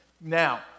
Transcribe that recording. Now